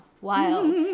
Wild